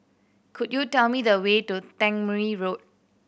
could you tell me the way to Tangmere Road